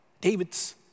David's